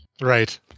Right